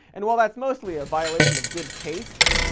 and while that's mostly a violation of good taste,